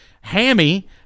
Hammy